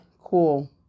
Cool